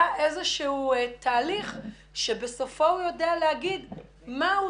איזשהו תהליך שבסופו הוא יודע לומר מה הוא